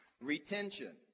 Retention